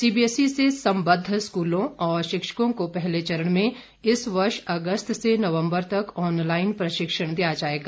सी B S E से सम्बद्ध स्कूलों और शिक्षकों को पहले चरण में इस वर्ष अगस्त से नवम्बर तक ऑनलाइन प्रशिक्षण दिया जाएगा